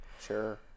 Sure